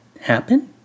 happen